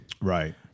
right